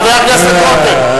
חבר הכנסת רותם.